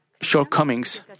shortcomings